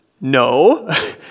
No